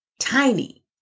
tiny